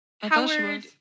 Howard